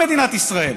על כל מדינת ישראל,